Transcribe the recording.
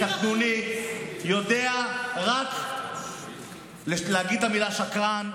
כמו ילד בן ארבע יודע רק להגיד את המילה "שקרן",